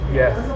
yes